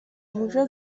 موشه